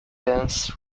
dance